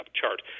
chart